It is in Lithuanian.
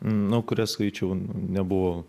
nu kurias skaičiau nebuvo